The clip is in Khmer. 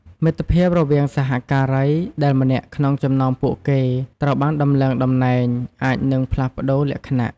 មិត្តភាពរវាងសហការីដែលម្នាក់ក្នុងចំណោមពួកគេត្រូវបានដំឡើងតំណែងអាចនឹងផ្លាស់ប្តូរលក្ខណៈ។